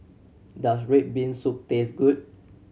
does red bean soup taste good